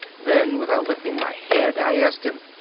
then without lifting my head i asked him,